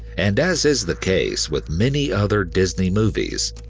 and as is the case with many other disney movies,